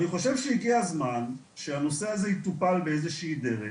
אני חושב שהגיע הזמן שהנושא הזה יטופל באיזו שהיא דרך,